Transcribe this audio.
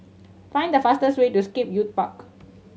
find the fastest way to Scape Youth Park